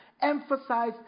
emphasize